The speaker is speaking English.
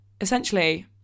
Essentially